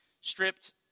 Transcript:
stripped